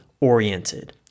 oriented